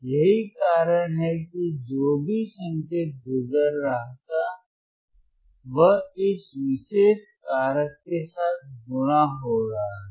यही कारण है कि जो भी संकेत गुजर रहा था वह इस विशेष कारक के साथ गुणा हो रहा था